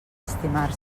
estimar